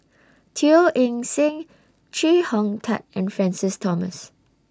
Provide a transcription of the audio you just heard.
Teo Eng Seng Chee Hong Tat and Francis Thomas